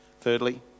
Thirdly